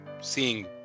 seeing